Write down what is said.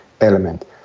element